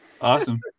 Awesome